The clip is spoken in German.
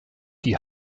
die